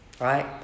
Right